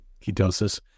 ketosis